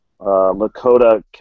Lakota